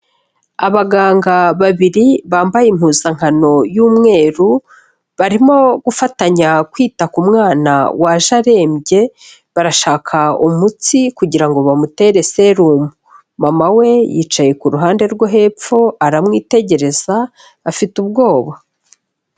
Abaganga babiri bambaye impuzankano y'umweru, barimo gufatanya kwita ku mwana waje arembye, barashaka umutsi kugira ngo bamutere serumu. Mama we yicaye ku ruhande rwo hepfo aramwitegereza afite ubwoba.